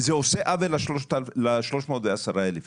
זה עושה עוול ל-310,000 איש.